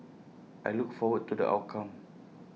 I look forward to the outcome